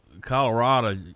colorado